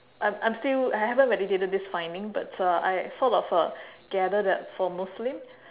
I'm I'm still I haven't validated this finding but uh I sort of uh gather that for muslim